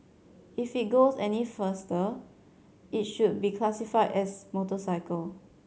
if it goes any faster it should be classify as motorcycle